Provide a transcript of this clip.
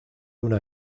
una